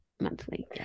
monthly